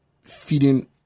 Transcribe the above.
feeding